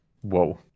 Whoa